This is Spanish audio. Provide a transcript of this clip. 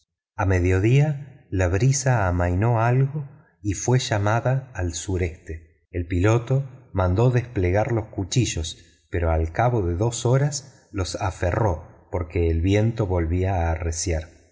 a mediodía la brisa amainó algo y fue llamada al sureste el piloto mandó desplegar los cuchillos pero al cabo de dos horas los aferró porque el viento volvía a arreciar